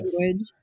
language